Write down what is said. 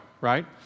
right